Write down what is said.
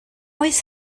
oes